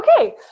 okay